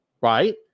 right